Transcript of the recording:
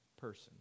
person